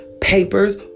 papers